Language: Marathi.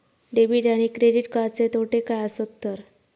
डेबिट आणि क्रेडिट कार्डचे तोटे काय आसत तर?